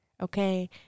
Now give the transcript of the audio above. okay